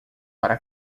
para